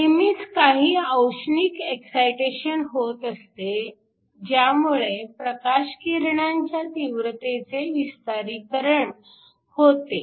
नेहमीच काही औष्णिक एक्सायटेशन होत असते ज्यामुळे प्रकाशकिरणांच्या तीव्रतेचे विस्तारीकरण होते